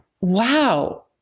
wow